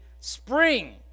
spring